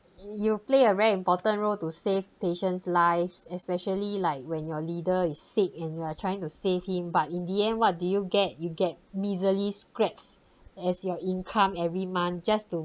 you play a very important role to save patients lives especially like when your leader is sick and you are trying to save him but in the end what do you get you get miserly scraps as your income every month just to